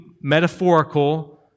metaphorical